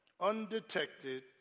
undetected